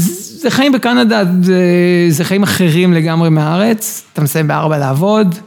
זה חיים בקנדה, זה... זה חיים אחרים לגמרי מהארץ, אתה מסיים בארבע לעבוד.